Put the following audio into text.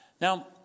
Now